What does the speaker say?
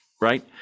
right